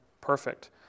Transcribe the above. perfect